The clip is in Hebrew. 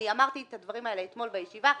אני אמרתי את הדברים האלה אתמול בישיבה.